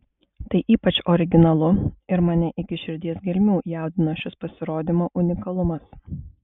tai ypač originalu ir mane iki širdies gelmių jaudino šis pasirodymo unikalumas